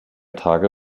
tage